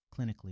Clinically